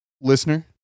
listener